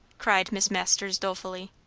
cried miss masters dolefully.